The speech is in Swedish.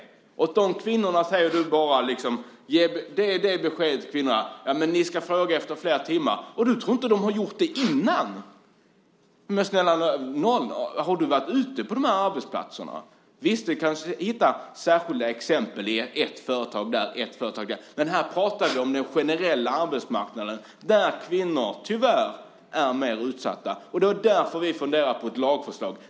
Till de kvinnorna säger du att de ska fråga efter flera timmar. Tror du inte att de har gjort det? Har du varit ute på de här arbetsplatserna? Det kanske går att hitta exempel i något speciellt företag. Men vi pratar om den generella arbetsmarknaden där kvinnor tyvärr är mer utsatta. Det var därför vi funderade på ett lagförslag.